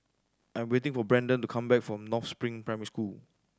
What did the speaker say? I'm waiting for Brandan to come back from North Spring Primary School